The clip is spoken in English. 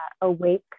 awake